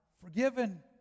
forgiven